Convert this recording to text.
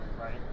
right